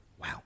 Wow